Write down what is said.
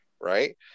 right